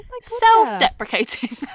self-deprecating